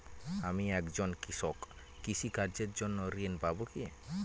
আমি একজন কৃষক কৃষি কার্যের জন্য ঋণ পাব কি?